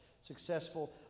successful